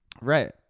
Right